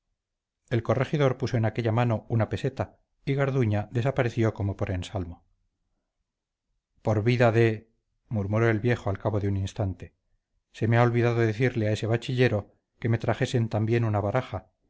el corregidor puso en aquella mano una peseta y garduña desapareció como por ensalmo por vida de murmuró el viejo al cabo de un instante se me ha olvidado decirle a ese bachillero que me trajesen también una baraja